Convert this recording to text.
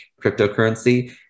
cryptocurrency